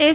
S